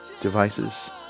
devices